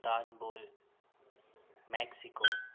Istanbul Mexico